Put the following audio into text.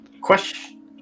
Question